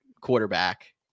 quarterback